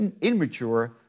immature